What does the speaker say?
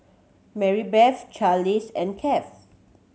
Marybeth Charlize and Kieth